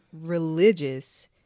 religious